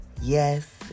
Yes